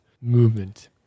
movement